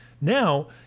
now